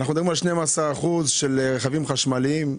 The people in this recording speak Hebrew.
אנחנו מדברים על 12% של רכבים חשמליים.